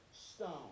Stone